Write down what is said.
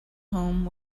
home